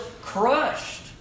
crushed